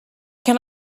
can